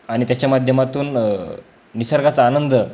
आणि त्याच्या माध्यमातून निसर्गाचा आनंद